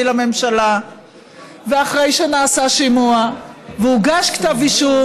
לממשלה ואחרי שנעשה שימוע והוגש כתב אישום.